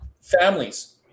families